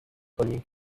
کنی